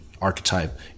archetype